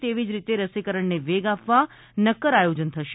એવી જ રીતે રસીકરણને વેગ આપવા નક્કર આયોજન થશે